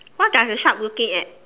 what does the shark looking at